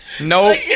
Nope